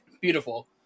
Beautiful